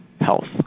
health